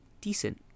decent